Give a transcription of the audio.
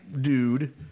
dude